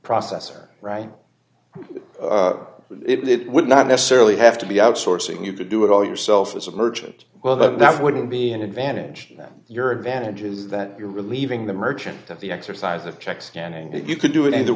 processor right it would not necessarily have to be outsourcing you could do it all yourself as a merchant well that wouldn't be an advantage that your advantage is that you're relieving the merchant of the exercise of check scanning that you could do in the